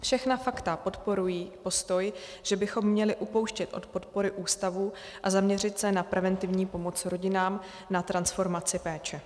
Všechna fakta podporují postoj, že bychom měli upouštět od podpory ústavů a zaměřit se na preventivní pomoc rodinám na transformaci péče.